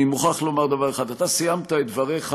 אני מוכרח לומר דבר אחד: אתה סיימת את דבריך,